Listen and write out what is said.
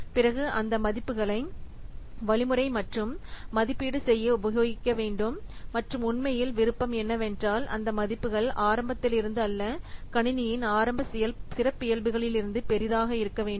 பிறகு அந்த மதிப்புகளை வழிமுறை மற்றும் மதிப்பீடு செய்ய உபயோகிக்க வேண்டும் மற்றும் உண்மையில் விருப்பம் என்னவென்றால் அந்த மதிப்புகள் ஆரம்பத்திலிருந்து அல்ல கணினியின் ஆரம்ப சிறப்பியல்புகலிருந்து பெரிதாக இருக்க வேண்டும்